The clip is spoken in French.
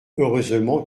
heureusement